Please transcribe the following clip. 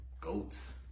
Goats